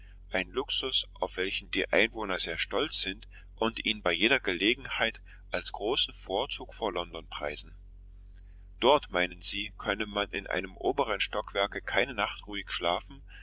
ein luxus auf welchen die einwohner sehr stolz sind und ihn bei jeder gelegenheit als großen vorzug vor london preisen dort meinen sie könne man in einem oberen stockwerke keine nacht ruhig schlafen